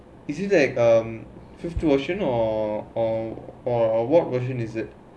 is it like um first two version or or or what version is this